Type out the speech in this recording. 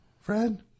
Fred